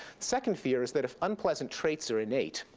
second fear is that if unpleasant traits are innate,